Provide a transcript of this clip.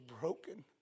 broken